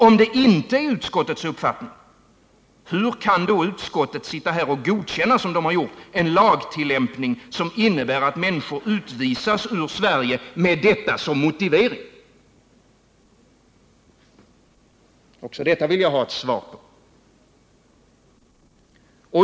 Om detta inte är utskottets uppfattning, hur kan då utskottet godkänna en lagtillämpning som innebär att människor utvisas ur Sverige med detta som motivering? Också dessa frågor vill jag ha svar på.